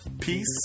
peace